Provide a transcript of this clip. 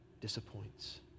disappoints